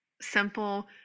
simple